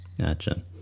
Gotcha